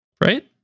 right